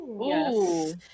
yes